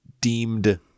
deemed